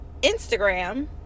Instagram